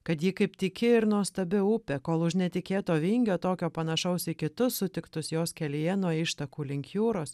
kad ji kaip tyki ir nuostabi upė kol už netikėto vingio tokio panašaus į kitus sutiktus jos kelyje nuo ištakų link jūros